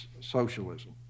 socialism